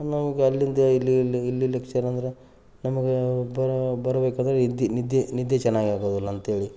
ನಮಗೆ ಅಲ್ಲಿಂದ ಇಲ್ಲಿ ಇಲ್ಲಿ ಇಲ್ಲಿ ಅಂದರೆ ನಮಗೆ ಬರ್ ಬರಬೇಕಂದ್ರೆ ನಿದ್ದೆ ನಿದ್ದೆ ನಿದ್ದೆ ಚೆನ್ನಾಗಾಗೋದಿಲ್ಲ ಅಂತ್ಹೇಳಿ